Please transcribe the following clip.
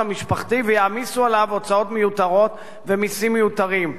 המשפחתי ויעמיסו עליו הוצאות מיותרות ומסים מיותרים.